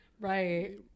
Right